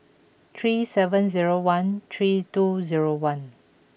three seven zero one three two zero one